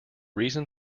reason